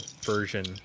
version